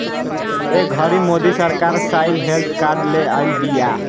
ए घड़ी मोदी सरकार soil health card ले आइल बिया